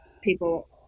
people